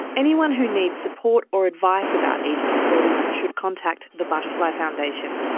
anyone who needs support or advice about eating disorders should contact the butterfly foundation.